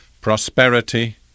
prosperity